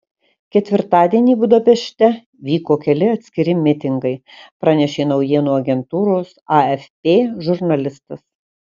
ketvirtadienį budapešte vyko keli atskiri mitingai pranešė naujienų agentūros afp žurnalistas